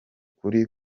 kuri